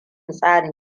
tsarin